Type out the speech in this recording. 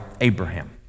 Abraham